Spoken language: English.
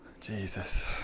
Jesus